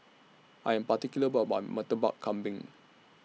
I Am particular about My Murtabak Lambing